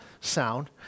sound